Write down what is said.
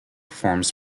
forms